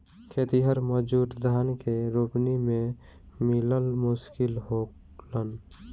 खेतिहर मजूर धान के रोपनी में मिलल मुश्किल होलन